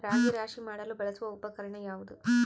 ರಾಗಿ ರಾಶಿ ಮಾಡಲು ಬಳಸುವ ಉಪಕರಣ ಯಾವುದು?